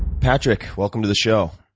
patrick, welcome to the show.